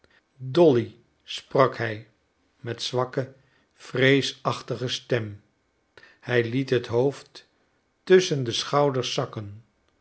dolly sprak hij met zwakke vreesachtige stem hij liet het hoofd tusschen de schouders zakken